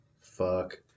fuck